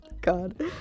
God